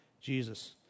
Jesus